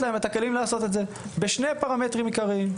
להם את הכלים לעשות את זה בשני פרמטרים עיקריים.